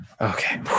Okay